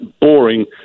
boring